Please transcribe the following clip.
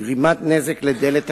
גרימת נזק לדלת הכניסה,